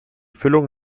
füllung